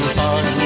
fun